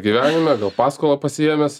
gyvenime gal paskolą pasiėmęs